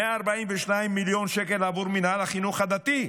142 מיליון שקל בעבור מינהל החינוך הדתי,